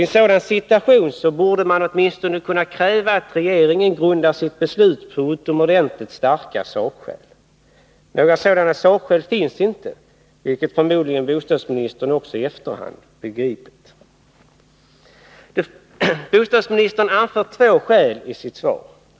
I en sådan situation borde man åtminstone kunna kräva att regeringen grundar sitt beslut på utomordentligt starka sakskäl. Några sådana sakskäl finns inte, vilket förmodligen också bostadsministern i efterhand har begripit. Bostadsministern anför två skäl i sitt svar.